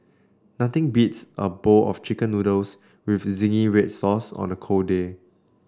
nothing beats a bowl of chicken noodles with zingy red sauce on a cold day